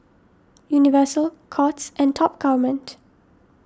Universal Courts and Top Gourmet